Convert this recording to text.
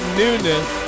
newness